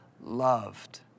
loved